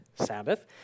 Sabbath